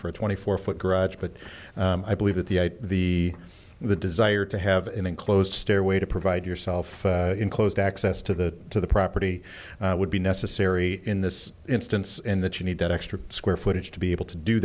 for twenty four foot garage but i believe that the the the desire to have an enclosed stairway to provide yourself enclosed access to the property would be necessary in this instance and that you need that extra square footage to be able to do